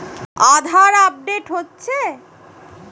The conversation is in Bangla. আধার আপডেট হচ্ছে?